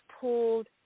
pulled